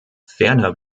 ferner